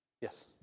Yes